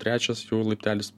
trečias laiptelis